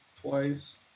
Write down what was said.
twice